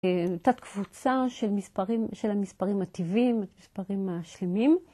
תת קבוצה של המספרים הטבעיים, של המספרים השלמים.